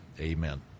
Amen